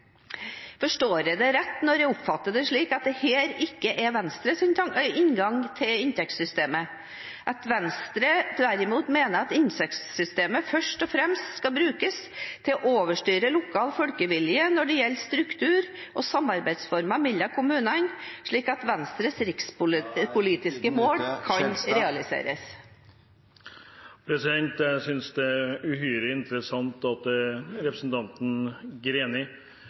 Forstår jeg det rett når jeg oppfatter det slik at dette ikke er Venstres inngang til inntektssystemet, at Venstre derimot mener at inntektssystemet først og fremst skal brukes til å overstyre lokal folkevilje når det gjelder struktur og samarbeidsformer mellom kommunene, slik at Venstres rikspolitiske mål kan realiseres? Jeg synes det er uhyre interessant at representanten Greni